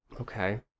Okay